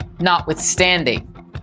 notwithstanding